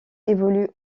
évolue